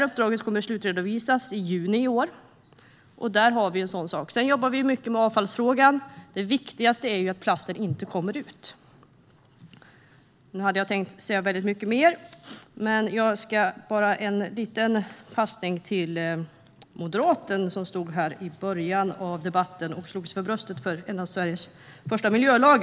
Uppdraget kommer att slutredovisas i juni i år. Där har vi en sådan sak. Vi jobbar också mycket med avfallsfrågan. Det viktigaste är ju att plasten inte kommer ut. Jag hade tänkt säga mycket mer, men jag ska bara göra en liten passning till moderaten som stod här i början av debatten och slog sig för bröstet om en av Sveriges första miljölagar.